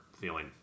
feeling